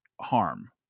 harm